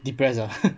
depressed ah